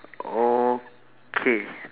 okay